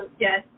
Yes